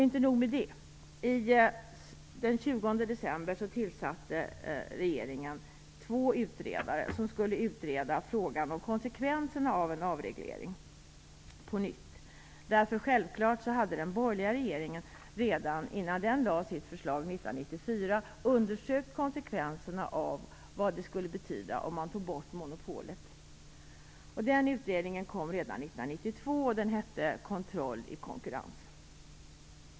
Inte nog med det: Den 20 december tillsatte regeringen två utredare som skulle utreda frågan om konsekvenserna av en avreglering på nytt. Självfallet hade den borgerliga regeringen redan innan den lade fram sitt förslag 1994 undersökt konsekvenserna av ett borttagande av monopolet. Den utredningen kom redan 1992, och den hette Kontroll i konkurrens.